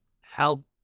help